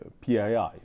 PII